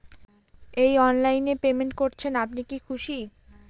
এই অনলাইন এ পেমেন্ট করছেন আপনি কি খুশি?